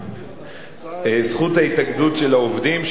זכות ההתאגדות של העובדים,